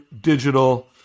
digital